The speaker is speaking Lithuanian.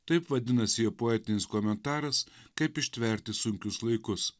taip vadinasi jo poetinis komentaras kaip ištverti sunkius laikus